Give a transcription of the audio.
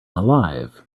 alive